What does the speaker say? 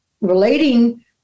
relating